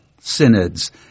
synods